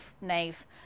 nave